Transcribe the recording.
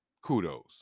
kudos